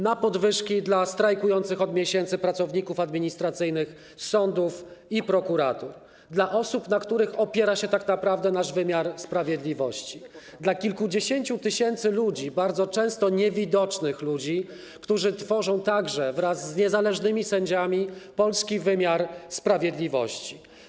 Na podwyżki dla strajkujących od miesięcy pracowników administracyjnych sądów i prokuratur, dla osób, na których opiera się tak naprawdę nasz wymiar sprawiedliwości, dla kilkudziesięciu tysięcy ludzi bardzo często niewidocznych, którzy tworzą, wraz z niezależnymi sędziami, polski wymiar sprawiedliwości.